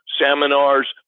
seminars